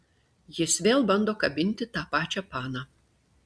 jis vėl bando kabinti tą pačią paną